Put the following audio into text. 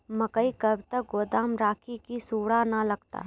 मकई कब तक गोदाम राखि की सूड़ा न लगता?